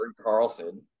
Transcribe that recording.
Carlson